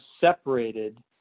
separated